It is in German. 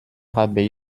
habe